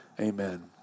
amen